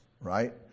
right